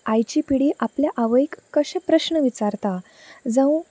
आयची पिडी आपल्या आवयक कशें प्रश्न विचारता जावूं